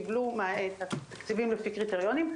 קיבלו את התקציבים לפי קריטריונים,